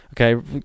Okay